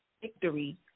victory